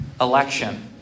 election